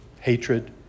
hatred